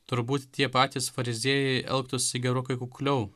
turbūt tie patys fariziejai elgtųsi gerokai kukliau